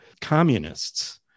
communists